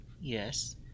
Yes